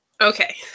Okay